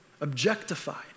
objectified